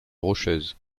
rocheuses